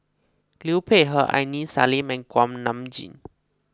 Liu Peihe Aini Salim Kuak Nam Jin